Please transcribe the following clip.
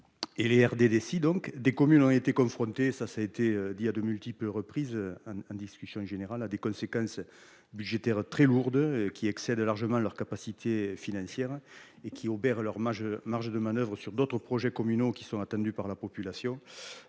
Et Les REDD si donc des communes ont été confrontés. Ça, ça a été dit à de multiples reprises. Hein hein. Discussion générale a des conséquences. Budgétaires très lourdes qui excède largement leur capacité financière et qui obère leur marge, marge de manoeuvre sur d'autres projets communaux qui sont attendus par la population.